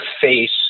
face